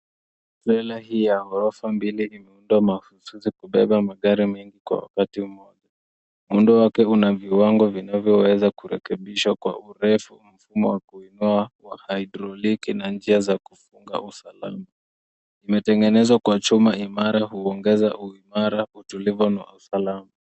Trela hii ya ghorofa mbili imeundwa mahususi ili kubeba magari mengi kwa wakati mmoja. Muundo wake una viwango vinavyoweza kurekebisha kwa urefu kwa hydroliki. Imetengenezwa kwa chuma umkuongeza imara, utulivu na WA usalama.